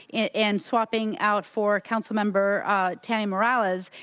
and swapping out for councilmember tammy morales.